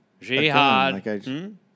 Jihad